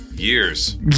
years